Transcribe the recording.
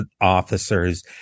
officers